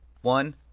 One